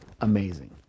Amazing